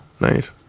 nice